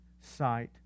sight